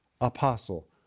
apostle